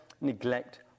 neglect